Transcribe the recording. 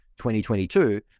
2022